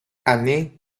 anne